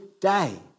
day